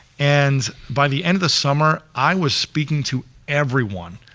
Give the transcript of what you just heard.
and by the end of the summer, i was speaking to everyone.